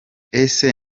ese